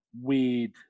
weird